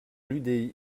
l’udi